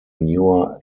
newer